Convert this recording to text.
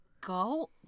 go